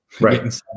Right